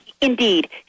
Indeed